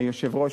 היושב-ראש,